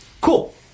Cool